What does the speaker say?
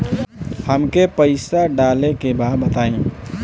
हमका पइसा डाले के बा बताई